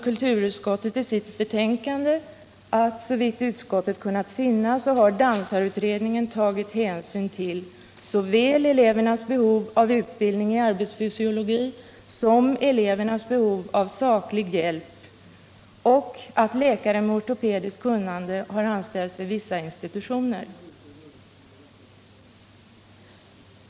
Kulturutskottet anför i sitt betänkande att dansarutredningen, såvitt utskottet kunnat finna, har tagit hänsyn till såväl elevernas behov av utbildning i arbetsfysiologi som elevernas behov av experthjälp och att läkare med ortopediskt kunnande har anställts vid vissa institutioner.